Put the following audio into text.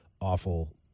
awful